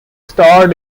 starred